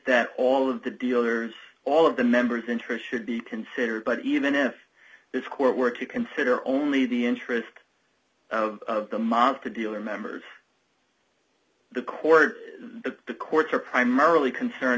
that all of the dealers all of the members interest should be considered but even if it's court were to consider only the interest of the monster dealer members the court the courts are primarily concerned